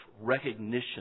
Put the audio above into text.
recognition